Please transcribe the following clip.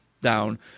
down